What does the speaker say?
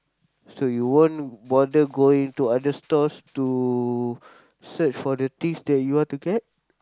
so you won't bother ging to other stores to search for the things that you want to get